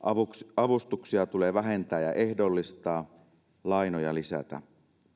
avustuksia tulee vähentää ja ehdollistaa lainoja lisätä